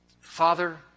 Father